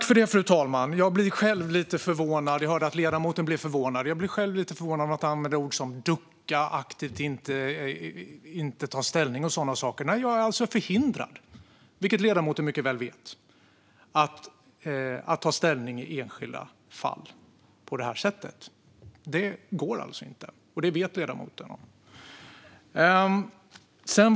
Fru talman! Jag hörde att ledamoten blev förvånad, men jag blir själv lite förvånad över att han använder ord som ducka, att aktivt inte ta ställning och så vidare. Jag är förhindrad, vilket ledamoten mycket väl vet, att ta ställning i enskilda fall. Det går inte, och det vet ledamoten.